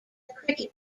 cricket